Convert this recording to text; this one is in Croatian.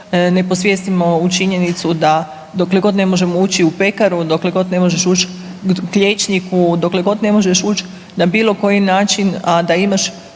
ne posvijestimo ovu činjenicu da, dakle god ne možemo ući u pekaru, dokle god ne možeš uči k liječniku, dokle god ne možeš ući na bilo koji način, a da imaš